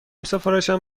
سفارشم